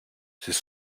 c’est